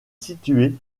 situé